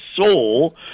soul